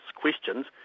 questions